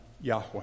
Yahweh